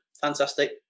fantastic